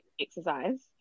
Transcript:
exercise